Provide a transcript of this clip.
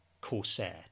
corsair